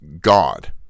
God